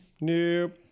Nope